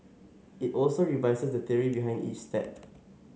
it also revises the theory behind each step